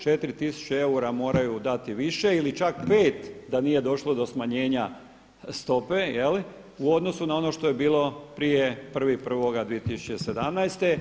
4 tisuće eura moraju dati više ili čak 5 da nije došlo do smanjenja stope u odnosu na ono što je bilo prije 1.1.2017.